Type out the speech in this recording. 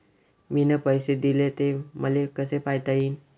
मिन पैसे देले, ते मले कसे पायता येईन?